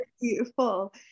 beautiful